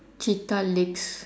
cheetah legs